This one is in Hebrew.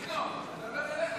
ינון, הוא מדבר אליך.